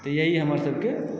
तऽ इएह हमर सबकेँ